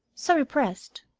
so repressed,